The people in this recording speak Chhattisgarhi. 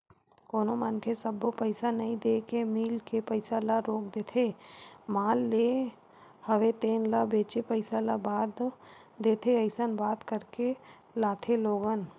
कोनो मनखे सब्बो पइसा नइ देय के मील के पइसा ल रोक देथे माल लेय हवे तेन ल बेंचे पइसा ल बाद देथे अइसन बात करके लाथे लोगन